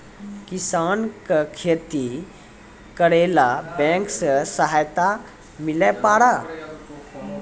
किसान का खेती करेला बैंक से सहायता मिला पारा?